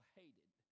hated